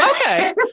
Okay